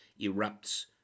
erupts